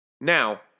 Now